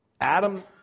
Adam